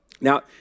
Now